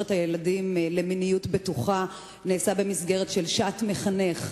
את הילדים למיניות בטוחה נעשה במסגרת של שעת מחנך.